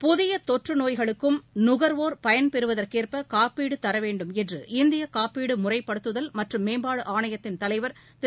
புதியதொற்றநோய்களுக்கும்நுகர்வோர் பயன்பெறுவதற்கேற்பகாப்பீடுதரவேண்டும் என்று இந்தியகாப்பீடுமுறைப்படுத்துதல் மற்றும் மேம்பாடுஆணையத்தின் தலைவர் திரு